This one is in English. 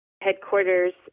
headquarters